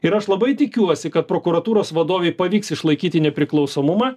ir aš labai tikiuosi kad prokuratūros vadovei pavyks išlaikyti nepriklausomumą